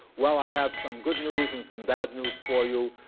well, i have some good news and some bad news for you.